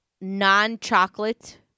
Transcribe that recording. Non-chocolate